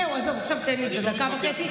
זהו, עזוב, עכשיו תן לי את הדקה וחצי.